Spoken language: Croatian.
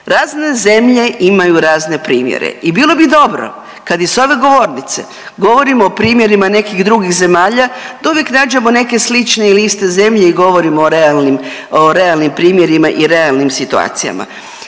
Razne zemlje imaju razne primjere i bilo bi dobro kad i s ove govornice govorimo o primjerima nekih drugih zemalja da uvijek nađemo neke slične ili iste zemlje i govorimo o realnim, o realnim primjerima i realnim situacijama.